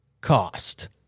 cost